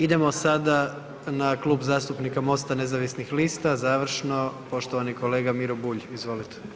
Idemo sada na Klub zastupnika Mosta nezavisnih lista, završno, poštovani kolega Miro Bulj, izvolite.